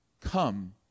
Come